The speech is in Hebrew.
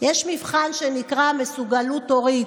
מבחן שנקרא "מסוגלות הורית".